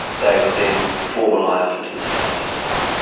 they were then formalised into the state system.